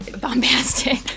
bombastic